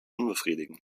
unbefriedigend